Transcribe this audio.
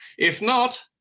if not,